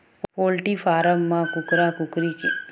poultry farm म कुकरा कुकरी के जानकार मनखे ल बनिहार राखे जाथे